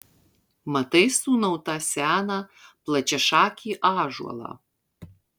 matai sūnau tą seną plačiašakį ąžuolą